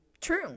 True